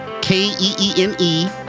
K-E-E-N-E